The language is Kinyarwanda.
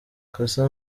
cassa